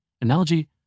analogy